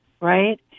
right